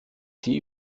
die